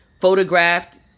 photographed